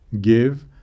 give